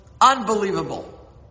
Unbelievable